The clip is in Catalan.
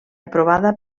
aprovada